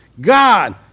God